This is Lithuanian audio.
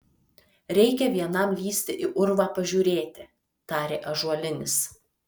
reikia vienam lįsti į urvą pažiūrėti tarė ąžuolinis